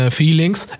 feelings